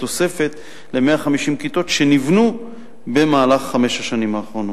בתוספת ל-150 כיתות שנבנו במהלך חמש השנים האחרונות.